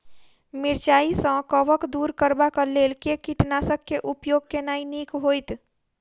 मिरचाई सँ कवक दूर करबाक लेल केँ कीटनासक केँ उपयोग केनाइ नीक होइत?